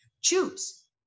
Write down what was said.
Choose